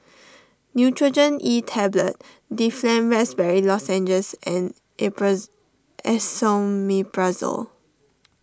Nurogen E Tablet Difflam Raspberry Lozenges and April Esomeprazole